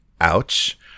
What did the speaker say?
ouch